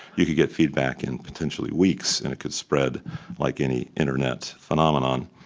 you could get feedback in potentially weeks and it could spread like any internet phenomenon.